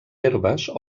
herbes